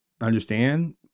understand